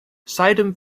seitdem